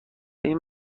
این